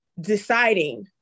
deciding